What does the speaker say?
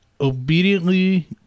Obediently